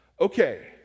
okay